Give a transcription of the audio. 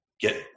get